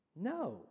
No